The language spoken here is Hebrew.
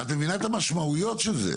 את מבינה את המשמעויות של זה?